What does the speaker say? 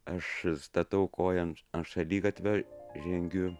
aš statau koją ant šaligatvio žengiu